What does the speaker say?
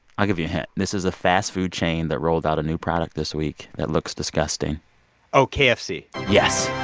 i'll give you a hint. this is a fast food chain that rolled out a new product this week that looks disgusting oh, kfc yes.